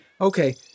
Okay